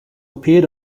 appeared